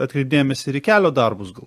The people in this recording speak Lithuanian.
atkreipt dėmesį ir į kelio darbus gal